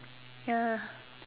ya